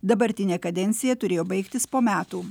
dabartinė kadencija turėjo baigtis po metų